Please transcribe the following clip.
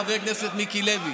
חבר הכנסת מיקי לוי.